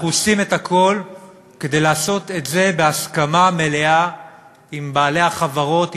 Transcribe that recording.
אנחנו עושים את הכול כדי לעשות את זה בהסכמה מלאה עם בעלי החברות,